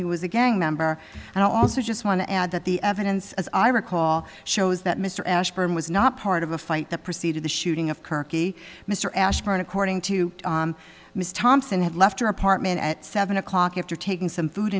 he was a lang member and i also just want to add that the evidence as i recall shows that mr ashburn was not part of a fight that preceded the shooting of kirky mr ashburn according to miss thompson had left her apartment at seven o'clock after taking some food